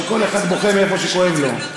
אבל כל אחד בוכה מאיפה שכואב לו.